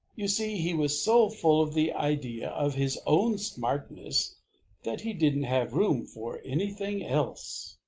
you see, he was so full of the idea of his own smartness that he didn't have room for anything else.